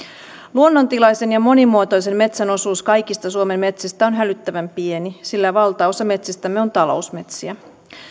luonnontilaisen ja monimuotoisen metsän osuus kaikista suomen metsistä on hälyttävän pieni sillä valtaosa metsistämme on talousmetsiä